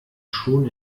schon